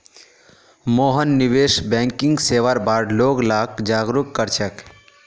मोहन निवेश बैंकिंग सेवार बार लोग लाक जागरूक कर छेक